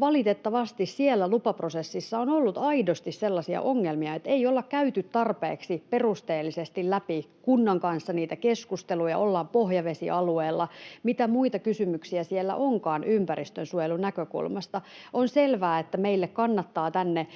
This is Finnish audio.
Valitettavasti siellä lupaprosessissa on ollut aidosti sellaisia ongelmia, että ei olla käyty tarpeeksi perusteellisesti läpi kunnan kanssa niitä keskusteluja — ollaan pohjavesialueella ja mitä muita kysymyksiä siellä onkaan ympäristönsuojelun näkökulmasta. On selvää, että meille kannattaa tänne...